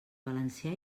valencià